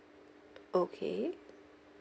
okay